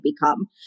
become